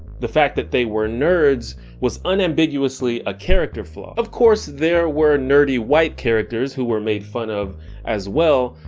the fact that they were nerds was unambiguously a character flaw. of course, there were nerdy white characters who were made fun of as well,